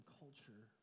culture